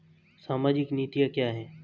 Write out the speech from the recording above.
सामाजिक नीतियाँ क्या हैं?